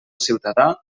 ciutadà